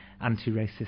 anti-racist